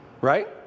right